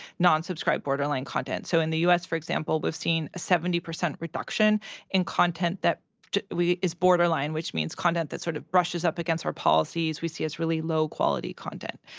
non-subscribe borderline content. so in the u. s, for example, we've seen a seventy percent reduction in content that is borderline, which means content that sort of brushes up against our policies we see as really low-quality content.